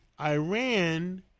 Iran